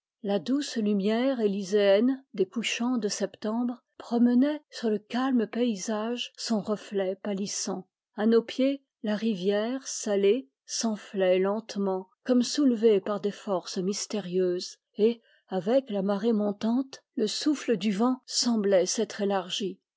la douce lumière élyséenne des couchants de septembre promenait sur le calme paysage son reflet pâlissant a nos pieds la rivière salée s'enflait lentement comme soulevée par des forces mystérieuses et avec la marée montante le souffle du vent semblait s'être élargi